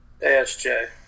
ASJ